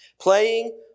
playing